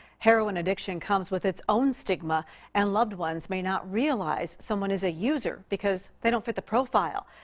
heroin addiction comes with its own stigma and loved ones may not realize someone is a user, because they don't fit the profile.